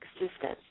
existence